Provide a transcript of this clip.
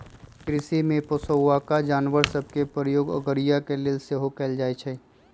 कृषि में पोशौआका जानवर सभ के प्रयोग अगोरिया के लेल सेहो कएल जाइ छइ